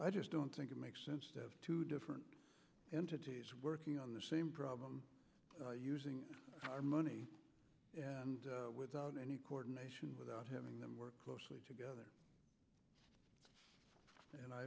i just don't think it makes sense to have two different entities working on the same problem using money without any coordination without having them work closely together and